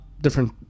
different